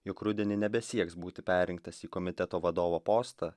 jog rudenį nebesieks būti perrinktas į komiteto vadovo postą